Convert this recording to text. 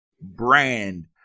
brand